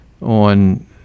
on